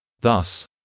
Thus